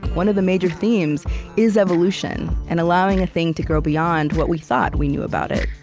one of the major themes is evolution and allowing a thing to grow beyond what we thought we knew about it.